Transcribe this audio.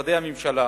ומשרדי הממשלה